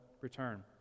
return